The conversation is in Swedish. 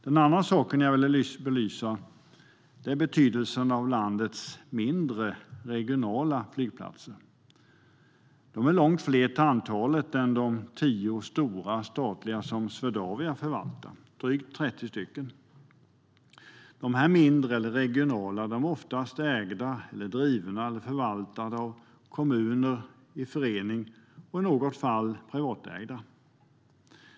Den andra saken jag ville belysa är betydelsen av landets mindre och regionala flygplatser. De är långt fler till antalet än de tio stora, statliga som Swedavia förvaltar, drygt 30 stycken. De är oftast ägda, drivna eller förvaltade av kommuner i förening och i något fall privatägda.